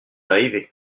arrivé